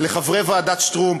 לחברי ועדת שטרום,